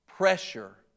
Pressure